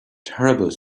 terrible